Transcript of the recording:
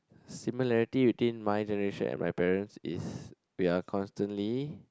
similarity between my generation and my parents' is we're constantly